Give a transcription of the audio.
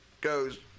goes